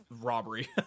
robbery